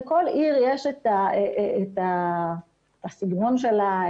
לכל עיר יש את הסגנון שלה.